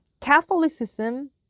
Catholicism